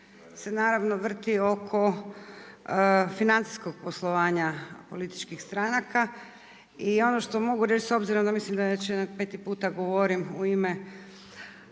se vrti oko financijskog poslovanja političkih stranka. I ono što mogu reći, s obzirom, da već jedno 5 puta govorim u ime